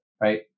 right